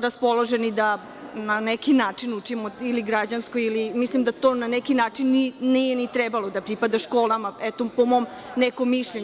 raspoloženi da na neki način učimo građansko, mislimo da to na neki način nije ni trebalo da pripada školama, po mom mišljenju.